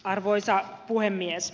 arvoisa puhemies